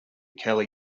kelly